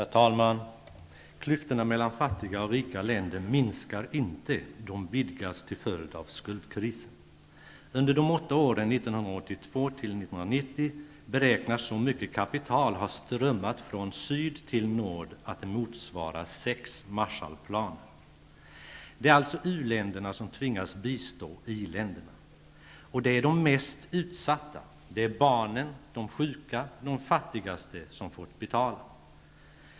Herr talman! Klyftorna mellan fattiga och rika länder minskar inte. De vidgas till följd av skuldkrisen. Under de åtta åren 1982--1990 beräknas så mycket kapital ha strömmat från syd till nord, att det motsvarar sex Marshallplaner. Det är alltså u-länderna som tvingats bistå i-länderna. Och det är de mest utsatta -- barnen, de sjuka och de fattigaste -- som fått betala.